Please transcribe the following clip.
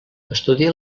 estudia